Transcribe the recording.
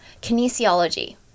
Kinesiology